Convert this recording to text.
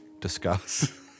Discuss